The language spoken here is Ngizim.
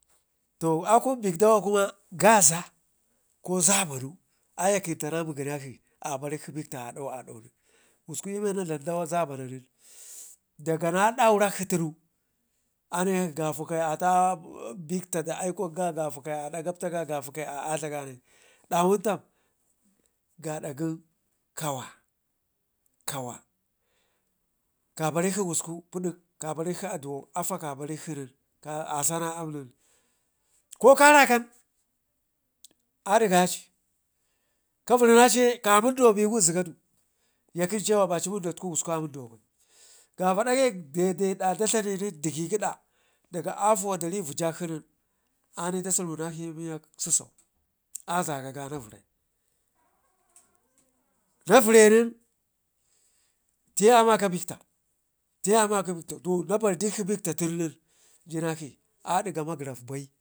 To akun bek dawa kuma gaza ko zabanu ayekənta na mugənakshi abarikshi bekta aɗo aɗo nen kusku i'men na dlam dawa zabanunen daga na daurakshi tunu ane nakshi gafa ka ya atak bekta da aikwak ga gafe ƙaya adak a gaptaga kafa kaya adak adlaganai nawun tam, gada gən kawa kawa kabarikshi kusku pidək kabarikshi aduwau afaa kabarikshi nen kokarekan adigaci kavərrinaci ye ka munduwa ben wumzigadu, yakən cewa baci wunduwatku a munduwa ba i gafa dagai dede ɗaa da dlani nen digəgədadaga afuwa dari vijakshin nen anii da sermunakshi i'miyək sususau azaga ga na vərrai a vərre nen fiye a maka bekta tiye a maka bekta to na bardikshi bekta tun nen jenakshi aɗiga megəraf bai,